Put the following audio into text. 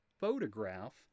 photograph